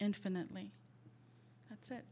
infinitely that's it